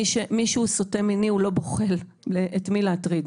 מי שהוא סוטה מיני הוא לא בוחל את מי להטריד.